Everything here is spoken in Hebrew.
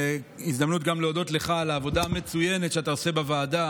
זו גם הזדמנות להודות לך על העבודה המצוינת שאתה עושה בוועדה,